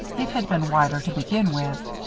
it had been wider to begin with.